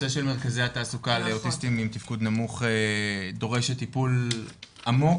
הנושא של מרכזי התעסוקה לאוטיסטים עם תפקוד נמוך דורש טיפול עמוק,